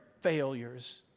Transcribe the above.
failures